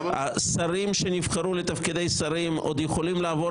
שרים שנבחרו לתפקידי שרים עוד יכולים לעבור